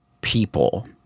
people